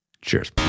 Cheers